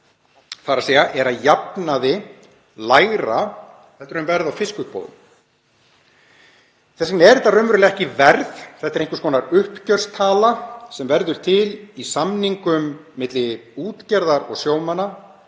þ.e.a.s. er að jafnaði lægra heldur en verð á fiskuppboðum. Þess vegna er þetta raunverulega ekki verð. Þetta er einhvers konar uppgjörstala sem verður til í samningum milli útgerðar og sjómanna